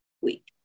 week